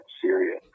Syria